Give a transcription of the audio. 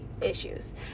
issues